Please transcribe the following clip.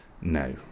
No